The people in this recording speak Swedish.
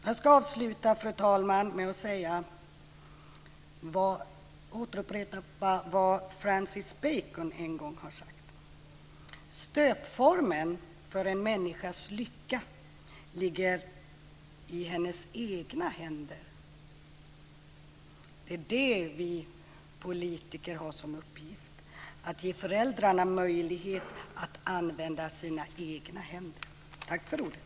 Jag ska avsluta, fru talman, med att återge vad Francis Bacon en gång har sagt: Stöpformen för en människas lycka ligger i hennes egna händer. Det är det vi politiker har till uppgift, att ge föräldrarna möjlighet att använda sina egna händer. Tack för ordet!